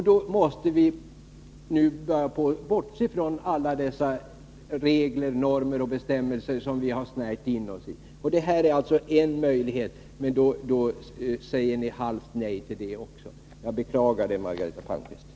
Då måste vi nu börja bortse från alla dessa regler, normer och bestämmelser som vi har snärjt in oss i. Denna dispensrätt är en möjlighet, men ni säger halvt nej också till det. Jag beklagar det, Margareta Palmqvist.